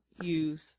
use